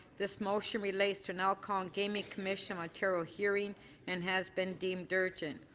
this motion relates to an alcohol gaming commission ontario hearing and has been deemed urgent.